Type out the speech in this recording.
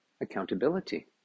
Accountability